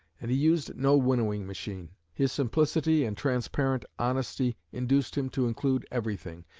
and he used no winnowing machine. his simplicity and transparent honesty induced him to include everything,